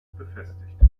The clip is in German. befestigt